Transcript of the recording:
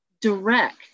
direct